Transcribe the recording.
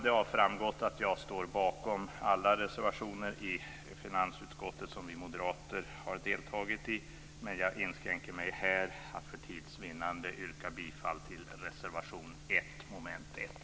Det har framgått att jag står bakom alla reservationer i finansutskottets betänkande som vi moderater har deltagit i, men för tids vinnande inskränker jag mig till att här yrka bifall till reservation 1 under mom. 1.